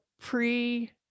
pre